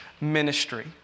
ministry